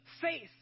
faith